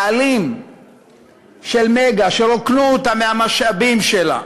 בעלים של "מגה" שרוקנו אותה מהמשאבים שלה,